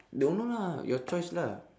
don't know lah your choice lah